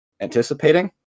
anticipating